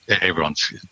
everyone's